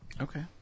Okay